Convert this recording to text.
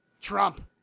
Trump